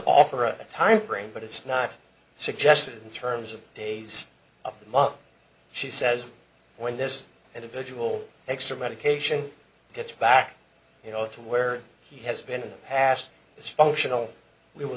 offer a time frame but it's not suggested in terms of days of the muck she says when this individual acts or medication gets back to where he has been in the past is functional we w